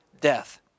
death